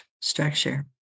structure